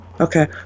Okay